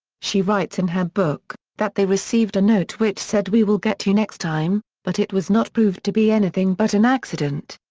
she writes in her book, that they received a note which said we will get you next time but it was not proved to be anything but an accident.